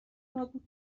نابود